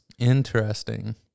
Interesting